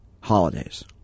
holidays